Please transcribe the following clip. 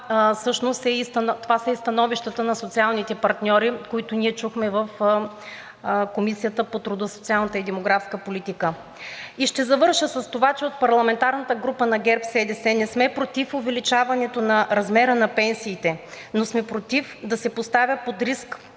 Това са и становищата на социалните партньори, които ние чухме в Комисията по труда, социалната и демографска политика. И ще завърша с това, че от парламентарната група на ГЕРБ СДС не сме против увеличаването на размера на пенсиите, но сме против да се поставят под риск